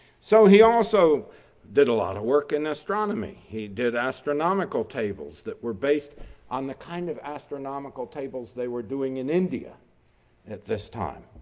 so, he also did a lot of work in astronomy. he did astronomical tables that were based on the kind of astronomical tables they were doing in india at this time.